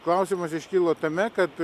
klausimas iškilo tame kad